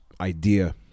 idea